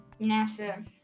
NASA